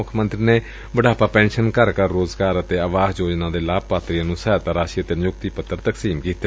ਮੁੱਖ ਮੰਤਰੀ ਨੇ ਬੁਢਾਪਾ ਪੈਨਸ਼ਨ ਘਰ ਘਰ ਰੋਜ਼ਗਾਰ ਅਤ ਅਵਾਸ ਯੋਜਨਾ ਦੇ ਲਾਭ ਪਾਤਰੀਆਂ ਨੁੰ ਸਹਾਇਤਾ ਰਾਸ਼ੀ ਅਤੇ ਨਿਯੁਕਤੀ ਪੱਤਰ ਤਕਸੀਮ ਕੀਤੇ